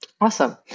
Awesome